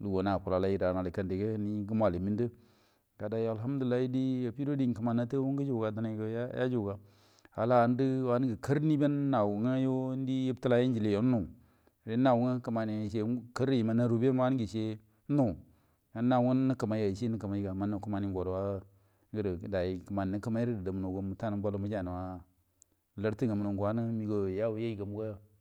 na acula cai yon aci minda do dai alhamdulillah. Yo gudo di kimani natui nge yo denai nge yajudunga alla indi wani ge karmi yungun nge aru ben nu nau nge yu en nai nga lkemai nge, au nekema manno kimani ngodo dunmo bal mukonoi larte ngamu ga.